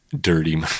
dirty